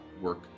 work